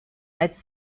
als